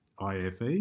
IFE